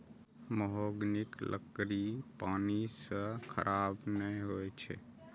महोगनीक लकड़ी पानि सं खराब नै होइ छै